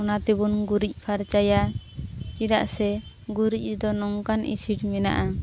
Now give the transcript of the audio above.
ᱚᱱᱟ ᱛᱮᱵᱚᱱ ᱜᱩᱨᱤᱡᱽ ᱯᱷᱟᱨᱪᱟᱭᱟ ᱪᱮᱫᱟᱜ ᱥᱮ ᱜᱩᱨᱤᱡᱽ ᱨᱮᱫᱚ ᱱᱚᱝᱠᱟᱱ ᱤᱥᱤᱰ ᱢᱮᱱᱟᱜᱼᱟ